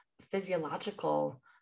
physiological